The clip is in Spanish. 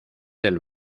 del